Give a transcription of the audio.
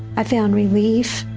i found relief,